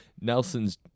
Nelson's